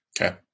Okay